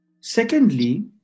Secondly